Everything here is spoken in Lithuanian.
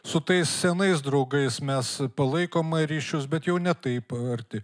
su tais senais draugais mes palaikom ryšius bet jau ne taip arti